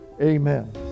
Amen